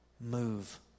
move